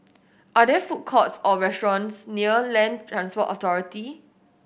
are there food courts or restaurants near Land Transport Authority